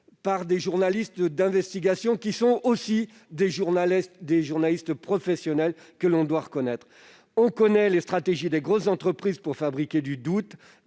biais de journalistes d'investigation qui sont aussi des professionnels et que l'on doit reconnaître. On connaît les stratégies des grandes entreprises pour fabriquer du doute